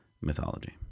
mythology